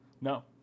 No